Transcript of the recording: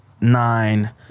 nine